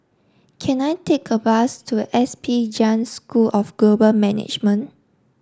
can I take a bus to S P Jain School of Global Management